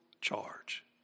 charge